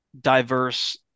diverse